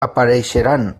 apareixeran